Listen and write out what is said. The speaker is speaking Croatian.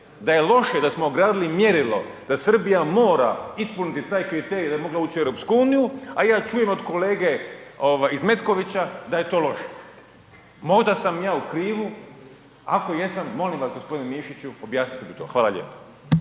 da je loše da smo odradili mjerilo da Srbija mora ispuniti taj kriterij da bi mogla ući u EU, a ja čujem od kolege iz Metkovića da je to loše. Možda sam ja u krivu, ako jesam, molim vas g. Mišiću, objasnite mi to. Hvala lijepo.